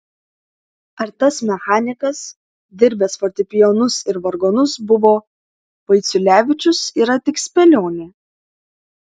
ar tas mechanikas dirbęs fortepijonus ir vargonus buvo vaiciulevičius yra tik spėlionė